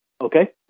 okay